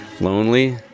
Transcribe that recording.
lonely